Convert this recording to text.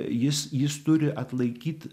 jis jis turi atlaikyt